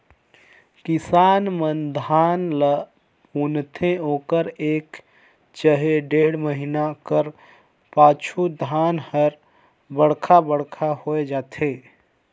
किसान मन धान ल बुनथे ओकर एक चहे डेढ़ महिना कर पाछू धान हर बड़खा बड़खा होए जाथे